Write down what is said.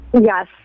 Yes